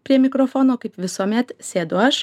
prie mikrofono kaip visuomet sėdu aš